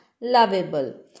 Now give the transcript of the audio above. lovable